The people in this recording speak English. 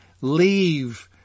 leave